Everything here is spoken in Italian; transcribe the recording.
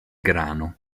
grano